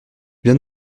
viens